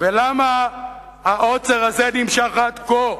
ולמה העוצר הזה נמשך עד כה.